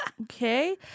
Okay